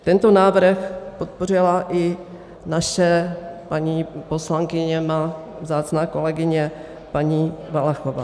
Tento návrh podpořila i naše paní poslankyně, má vzácná kolegyně paní Valachová.